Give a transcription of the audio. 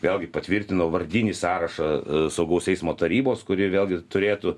vėlgi patvirtinau vardinį sąrašą saugaus eismo tarybos kuri vėlgi turėtų